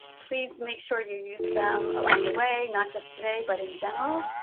please make sure you use them along the way, not just today, but in general,